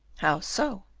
how so?